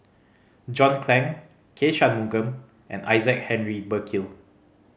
John Clang K Shanmugam and Isaac Henry Burkill